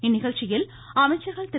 இந்நிகழ்ச்சியில் அமைச்சர்கள் திரு